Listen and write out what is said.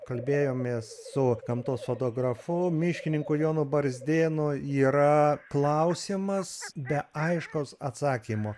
kalbėjomės su gamtos fotografu miškininku jonu barzdėnu yra klausimas be aiškaus atsakymo